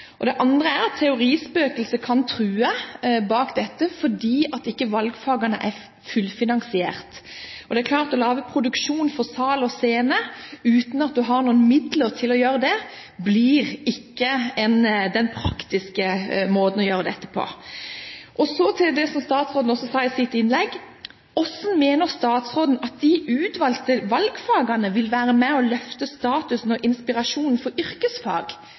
kreativitet. Det andre er at teorispøkelset kan true bak dette, fordi valgfagene ikke er fullfinansiert. Det er klart at å lage produksjon for sal og scene uten at man har noen midler til å gjøre det, ikke blir en praktisk god måte å gjøre det på. Så til noe statsråden sa i sitt innlegg: Hvordan mener statsråden at de utvalgte valgfagene vil være med og løfte statusen og inspirasjonen for yrkesfag?